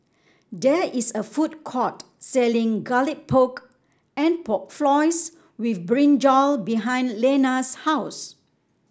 there is a food court selling Garlic Pork and Pork Floss with brinjal behind Lenna's house